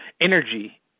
energy